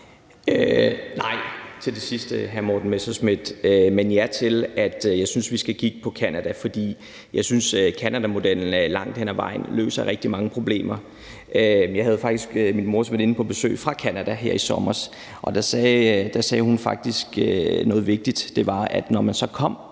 Nej til det sidste, hr. Morten Messerschmidt, men ja til, at jeg synes, at vi skal kigge på Canada. For jeg synes, at canadamodellen langt hen ad vejen løser rigtig mange problemer. Jeg havde faktisk min mors veninde fra Canada på besøg her i sommer, og der sagde hun faktisk noget vigtigt, og det var, at når man så kom